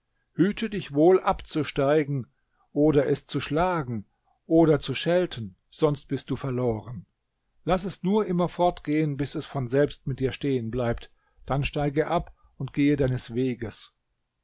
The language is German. hüte dich wohl abzusteigen oder es zu schlagen oder zu schelten sonst bist du verloren laß es nur immer fortgehen bis es von selbst mit dir stehen bleibt dann steige ab und gehe deines weges